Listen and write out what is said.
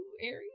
aries